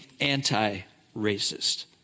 anti-racist